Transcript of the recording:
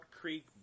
Creek